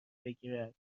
بگیرد